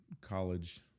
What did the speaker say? college